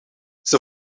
zij